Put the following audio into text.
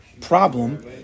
problem